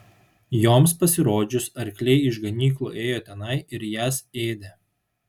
joms pasirodžius arkliai iš ganyklų ėjo tenai ir jas ėdė